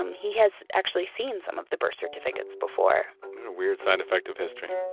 um he has actually seen some of the birth certificates before weird side effect of history.